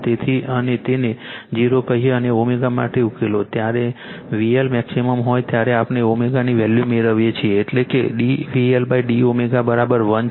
તેથી અને તેને 0 કહીએ અને ω માટે ઉકેલો જ્યારે VL મેક્સિમમ હોય ત્યારે આપણે ω ની વેલ્યુ મેળવીએ છીએ એટલે કે d VLd ω1 છે